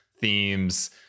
themes